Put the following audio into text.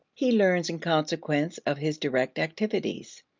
he learns in consequence of his direct activities.